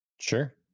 Sure